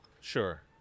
Sure